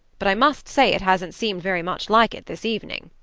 but i must say it hasn't seemed very much like it this evening.